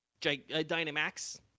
Dynamax